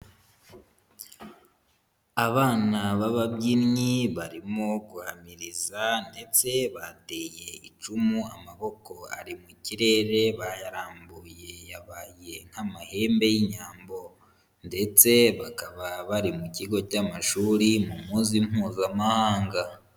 Abana b'ababyinnyi barimo guhamiriza ndetse bateye icumu, amaboko ari mu kirere bayarambuye yabaye nk'amahembe y'inyambo ndetse bakaba bari mu kigo cy'amashuri mu munsi Mpuzamahanga.